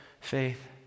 faith